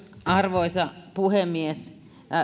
arvoisa puhemies